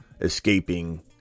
escaping